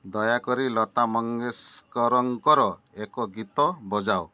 ଦୟାକରି ଲତା ମଙ୍ଗେଶକରଙ୍କର ଏକ ଗୀତ ବଜାଅ